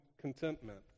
contentment